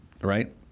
right